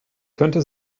könnte